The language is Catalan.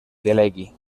delegui